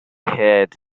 head